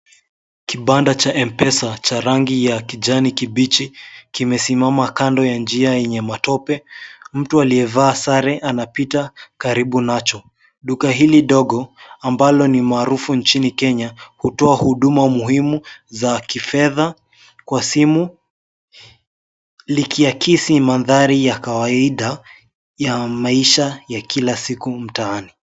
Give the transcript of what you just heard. Kibanda cha M-pesa cha rangi ya kijani kibichi kimesimama kando ya njia yenye matope, mtu aliyevaa sare anapita karibu nacho. Duka hili dogo ambalo ni marufu nchini Kenya hutoa huduma muhimu za kifedha kwa simu likiakisi mandhari ya kawaida ya maisha ya kila siku mtaani.